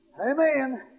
Amen